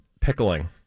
pickling